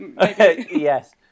Yes